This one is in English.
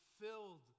filled